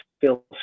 feel